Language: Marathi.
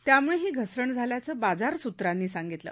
त्यामुळे ही घसरण झाल्याचं बाजार सूत्रांनी सांगितलं